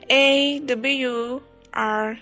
awr